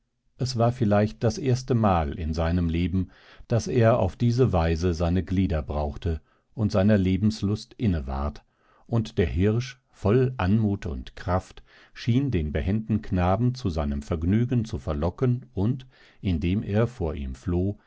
es war vielleicht das erstemal in seinem leben daß er auf diese weise seine glieder brauchte und seiner lebenslust inne ward und der hirsch voll anmut und kraft schien den behenden knaben zu seinem vergnügen zu verlocken und indem er vor ihm floh